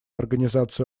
организацию